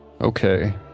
Okay